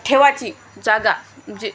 ठेवायची जागा जे